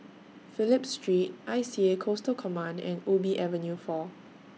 Phillip Street I C A Coastal Command and Ubi Avenue four